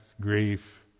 grief